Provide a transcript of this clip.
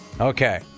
Okay